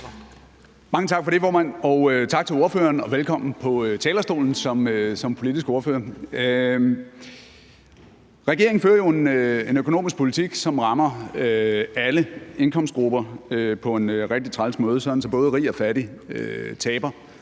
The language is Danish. Mange tak for det, formand. Tak til ordføreren, og velkommen på talerstolen som politisk ordfører. Regeringen fører jo en økonomisk politik, som rammer alle indkomstgrupper på en rigtig træls måde, sådan at både rig og fattig taber